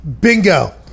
Bingo